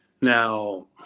Now